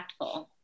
impactful